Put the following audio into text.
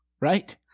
Right